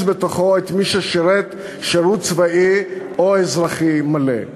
לתוכו את מי ששירת צבאי או אזרחי מלא.